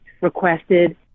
requested